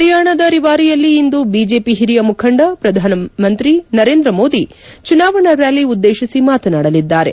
ಪರಿಯಾಣದ ರಿವಾರಿಯಲ್ಲಿ ಇಂದು ಬಿಜೆಪಿ ಹಿರಿಯ ಮುಖಂಡ ಪ್ರಧಾನಮಂತ್ರಿ ನರೇಂದ್ರ ಮೋದಿ ಚುನಾವಣಾ ರ್ತಾಲಿ ಉದ್ಲೇಶಿಸಿ ಮಾತನಾಡಲಿದ್ದಾರೆ